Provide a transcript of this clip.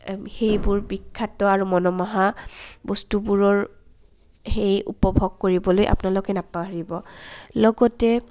সেইবোৰ বিখ্যাত আৰু মনোমোহা বস্তুবোৰৰ সেই উপভোগ কৰিবলৈ আপোনালোকে নাপাহৰিব লগতে